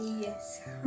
Yes